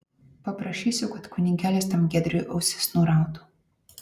paprašysiu kad kunigėlis tam giedriui ausis nurautų